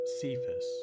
Cephas